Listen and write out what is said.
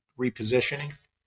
repositioning